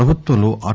ప్రభుత్వంలో ఆర్